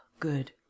good